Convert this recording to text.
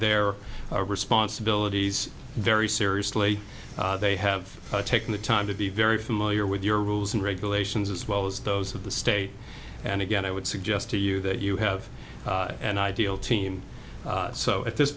their responsibilities very seriously they have taken the time to be very familiar with your rules and regulations as well as those of the state and again i would suggest to you that you have an ideal team so at this